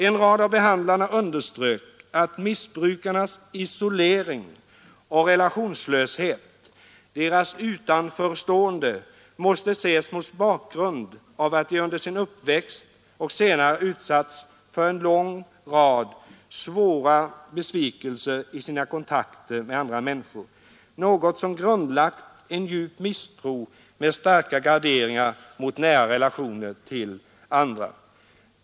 En rad av behandlarna underströk att missbrukarnas ”isolering” och ”relationslöshet”, deras ”utanförstående” måste ses mot bakgrund av att de under sin uppväxt och senare utsatts för en lång rad svåra besvikelser i sina kontakter med andra människor, något som grundlagt en djup misstro med starka garderingar mot nära relationer till andra.